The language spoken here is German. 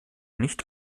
nicht